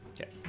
Okay